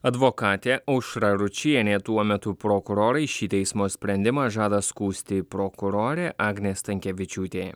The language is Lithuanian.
advokatė aušra ručienė tuo metu prokurorai šį teismo sprendimą žada skųsti prokurorė agnė stankevičiūtė